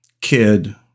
kid